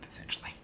essentially